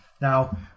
Now